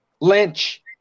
Lynch